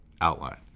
outline